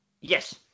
Yes